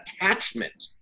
attachment